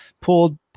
pulled